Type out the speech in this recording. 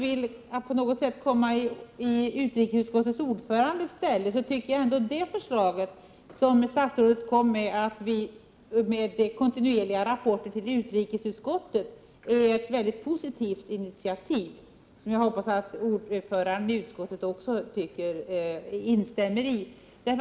Utan att på något sätt vilja träda i utrikesutskottets ordförandes ställe vill jag säga att det förslag om kontinuerliga rapporter till utrikesutskottet som statsrådet framförde är ett mycket positivt initiativ. Jag hoppas att utskottets ordförande instämmer i detta.